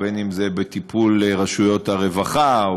ובין אם זה בטיפול רשויות הרווחה,